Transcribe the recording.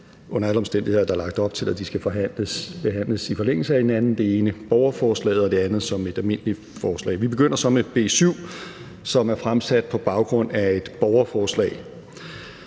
Under alle omstændigheder er der lagt op til, at de skal behandles i forlængelse af hinanden – det ene som et borgerforslag og det andet som et almindeligt forslag. Vi begynder så med B 7, som er fremsat på baggrund af et borgerforslag.